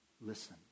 Listen